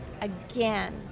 again